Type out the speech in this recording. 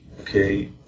Okay